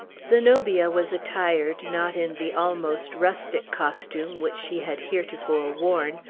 zenobia was attired, not in the almost rustic costume which she had heretofore worn,